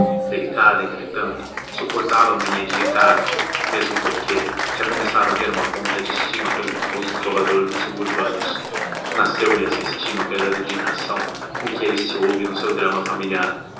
delicada entretanto suportava a mania de ricardo mesmo porque já começava a ter uma ponta de estima pelo famoso trovador dos suburbanos nasceu lhe essa estima pela dedicação com que ele se houve no seu drama familiar